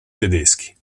tedeschi